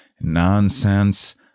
nonsense